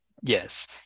Yes